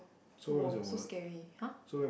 !woah! so scary !huh!